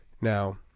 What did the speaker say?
Now